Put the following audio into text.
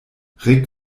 rick